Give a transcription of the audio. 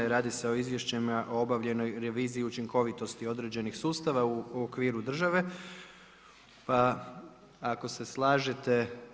Radi se o izvješćima o obavljenoj reviziji učinkoviti određenih sustava u okviru države, pa ako se slažete.